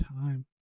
time